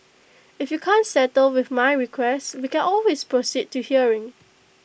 if you can't settle with my request we can always proceed to hearing